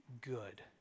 good